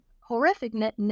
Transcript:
horrific